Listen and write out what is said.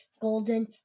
Golden